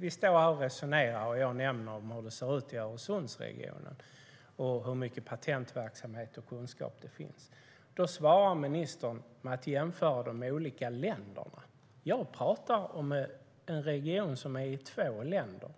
Vi står här och resonerar, och jag nämner hur det ser ut i Öresundsregionen, hur mycket patentverksamhet och kunskap det finns. Då svarar ministern med att jämföra de olika länderna . Jag pratar om en region som är i två länder.